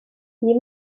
nie